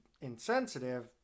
insensitive